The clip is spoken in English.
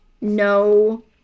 no